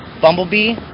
bumblebee